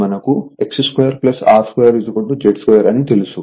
మాకు X2 R2 Z 2 అని తెలుసు